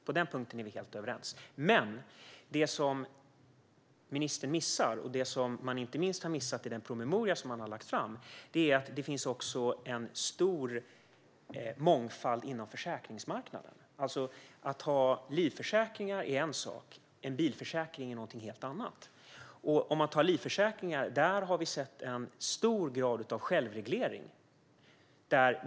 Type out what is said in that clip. På den punkten är vi helt överens. Men det som ministern missar och som man inte minst har missat i den promemoria som har lagts fram är att det också finns en stor mångfald inom försäkringsmarknaden. Livförsäkringar är en sak, men bilförsäkring är något helt annat. När det gäller livförsäkringar har vi sett en hög grad av självreglering.